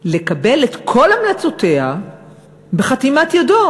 לקבל את כל המלצותיה בחתימת ידו,